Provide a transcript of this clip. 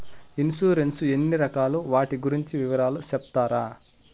Insurance ఎన్ని రకాలు వాటి గురించి వివరాలు సెప్తారా?